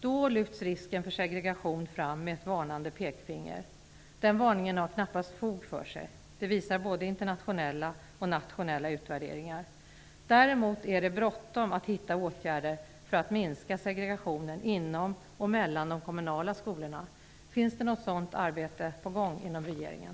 Då lyfts risken för segregation fram med ett varnande pekfinger. Den varningen har knappast fog för sig, det visar både internationella och nationella utvärderingar. Däremot är det bråttom att hitta åtgärder för att minska segregationen inom och mellan de kommunala skolorna. Finns det något sådant arbete på gång inom regeringen?